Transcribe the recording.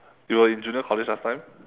you were in junior college last time